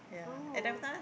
oh